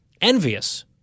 envious